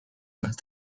ainult